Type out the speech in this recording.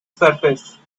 surface